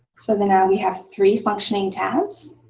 so then now we have three functioning tabs.